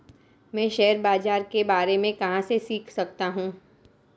मैं शेयर बाज़ार के बारे में कहाँ से सीख सकता हूँ?